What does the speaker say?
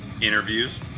interviews